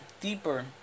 deeper